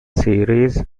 series